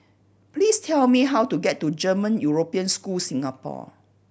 please tell me how to get to German European School Singapore